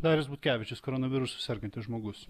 darius butkevičius koronavirusu sergantis žmogus